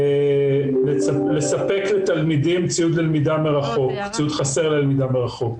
לספק לתלמידים ציוד חסר ללמידה מרחוק.